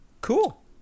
Cool